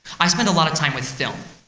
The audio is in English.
i spend a lot of time with film.